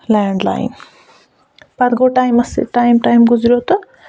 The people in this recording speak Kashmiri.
لٮ۪نڈلاین پَتہٕ گوٚو ٹایمَس سۭتۍ ٹایم ٹایم گوٚو تہٕ